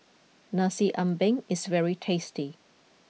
Nasi Ambeng is very tasty